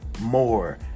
more